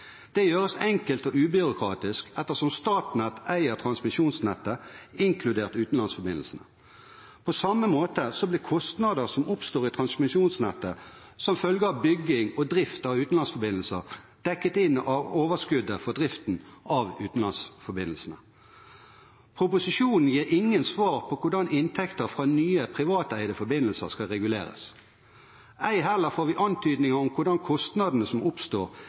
Det gjøres enkelt og ubyråkratisk ettersom Statnett eier transmisjonsnettet, inkludert utenlandsforbindelsene. På samme måte blir kostnader som oppstår i transmisjonsnettet som følge av bygging og drift av utenlandsforbindelser, dekket inn av overskuddet fra driften av utenlandsforbindelsene. Proposisjonen gir ingen svar på hvordan inntekter fra nye, privateide forbindelser skal reguleres, ei heller får vi antydninger om hvordan kostnadene som oppstår